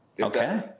Okay